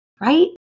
right